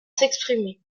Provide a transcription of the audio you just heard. s’exprimer